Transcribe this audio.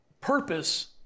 purpose